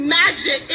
magic